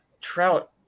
Trout